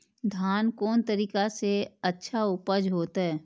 धान कोन तरीका से अच्छा उपज होते?